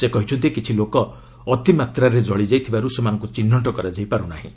ସେ କହିଛନ୍ତି କିଛି ଲୋକ ଅତି ମାତ୍ରାରେ ଜଳିଯାଇଥିବାରୁ ସେମାନଙ୍କୁ ଚିହ୍ନଟ କରାଯାଇ ପାରୁନାହିଁ